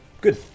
Good